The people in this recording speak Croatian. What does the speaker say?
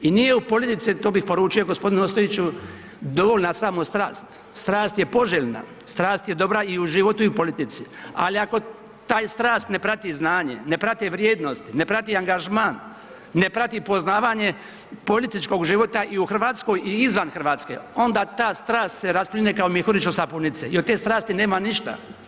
I nije u politici, to bih poručio gospodinu Ostojiću dovoljna je samo strast, strast je poželjna, strast je dobra i u životu i u politici, ali ako tu strast ne prati znanje, ne prati vrijednost, ne prati angažman, ne prati poznavanje političkog života i u Hrvatskoj i izvan Hrvatske onda ta strast se raspline kao mjehurić od sapunice i od te strasti nema ništa.